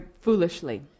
foolishly